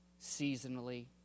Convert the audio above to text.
seasonally